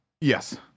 Yes